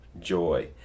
joy